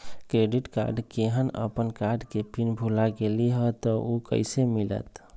Credit card केहन अपन card के पिन भुला गेलि ह त उ कईसे मिलत?